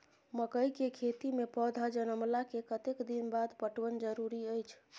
मकई के खेती मे पौधा जनमला के कतेक दिन बाद पटवन जरूरी अछि?